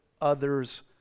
others